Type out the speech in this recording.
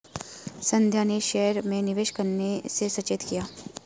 संध्या ने शेयर में निवेश करने से सचेत किया